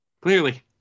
clearly